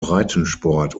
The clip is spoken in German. breitensport